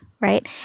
right